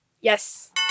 Yes